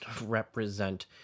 Represent